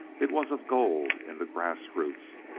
it was of gold in the grass-roots,